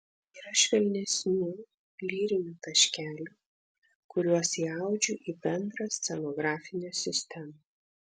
yra švelnesnių lyrinių taškelių kuriuos įaudžiu į bendrą scenografinę sistemą